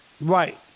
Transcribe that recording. Right